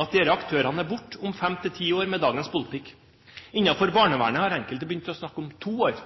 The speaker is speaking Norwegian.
at disse aktørene er borte om fem–ti år med dagens politikk. Innenfor barnevernet har enkelte begynt å snakke om to år.